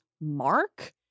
mark